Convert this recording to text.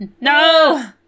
No